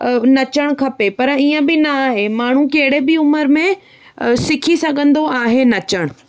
अ नचणु खपे पर ईअं बि न आहे माण्हू कहिड़े बि उमिरि में सिखी सघंदो आहे नचणु